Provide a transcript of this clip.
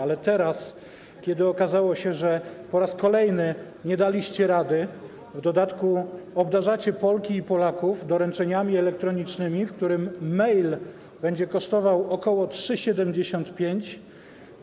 Ale teraz, kiedy okazało się, że po raz kolejny nie daliście rady, w dodatku obdarzacie Polki i Polaków doręczeniami elektronicznymi, w przypadku których mail będzie kosztował ok. 3,75 zł.